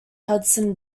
hudson